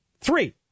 three